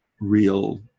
real